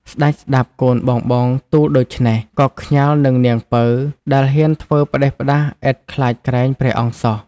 ស្ដេចស្ដាប់កូនបងៗទូលដូច្នេះ ក៏ខ្ញាល់នឹងនាងពៅដែលហ៊ានធ្វើផ្ដេសផ្ដាសឥតខ្លាចក្រែងព្រះអង្គសោះ។